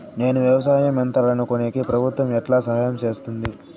నేను వ్యవసాయం యంత్రాలను కొనేకి ప్రభుత్వ ఎట్లా సహాయం చేస్తుంది?